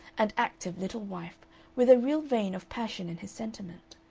and active little wife with a real vein of passion in his sentiment.